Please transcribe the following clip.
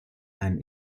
ein